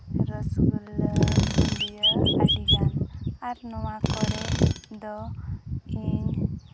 ᱨᱚᱥᱜᱩᱞᱞᱟᱹ ᱵᱩᱸᱫᱤᱭᱟᱹ ᱟᱹᱰᱤᱜᱟᱱ ᱟᱨ ᱱᱚᱣᱟ ᱠᱚᱨᱮ ᱫᱚ ᱤᱧ